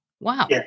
Wow